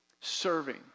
serving